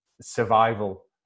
survival